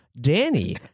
Danny